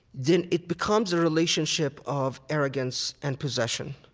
then it becomes a relationship of arrogance and possession.